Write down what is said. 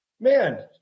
man